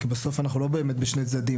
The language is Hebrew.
כי בסוף אנחנו לא באמת בשני צדדים,